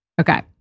Okay